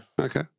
Okay